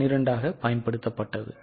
12 ஆக பயன்படுத்தப்பட்டது